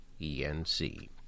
ENC